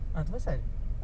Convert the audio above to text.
ah tu apa sal